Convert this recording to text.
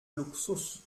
luxus